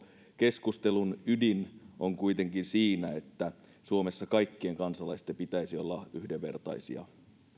keskustelun ydin on kuitenkin siinä että suomessa kaikkien kansalaisten pitäisi olla yhdenvertaisia